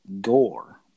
Gore